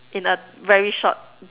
in a very short